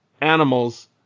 animals